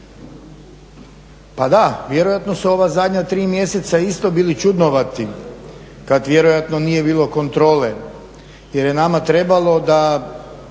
Pa da, vjerojatno su ova zadnja tri mjeseca isto bili čudnovati kad vjerojatno nije bilo kontrole jer je nama trebalo da